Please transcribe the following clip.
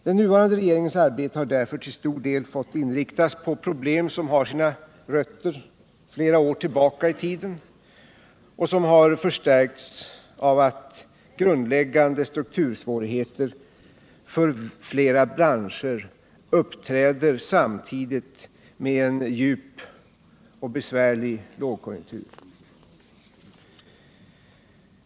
Den nuvarande regeringens arbete har därför till stor del fått inriktas på problem som har sina rötter flera år tillbaka i tiden och som förstärks av att grundläggande struktursvårigheter för flera branscher uppträder samtidigt med en djup och besvärlig lågkonjunktur.